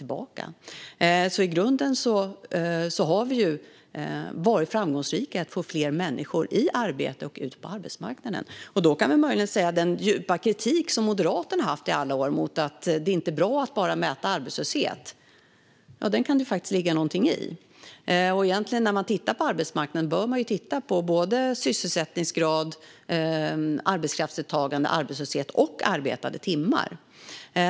I grunden har vi alltså varit framgångsrika i att få fler människor i arbete och ut på arbetsmarknaden. Jag kan möjligen säga att det faktiskt kan ligga någonting i den djupa kritik som Moderaterna i alla år har haft när det gäller att mäta enbart arbetslöshet. När man tittar på arbetsmarknaden bör man egentligen titta på både sysselsättningsgrad, arbetskraftsdeltagande, arbetslöshet och arbetade timmar.